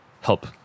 help